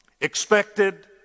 expected